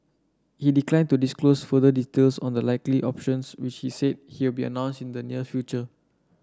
he declined to disclose further details on the likely options which he said he will be announced in the near future